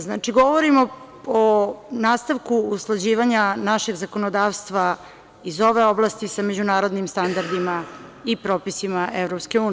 Znači, govorimo o nastavku usklađivanja našeg zakonodavstva iz ove oblasti sa međunarodnim standardima i propisima EU.